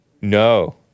No